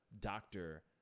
doctor